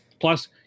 Plus